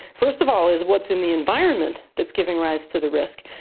first of all, is what's in the environment that's giving rise to the risk,